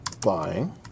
buying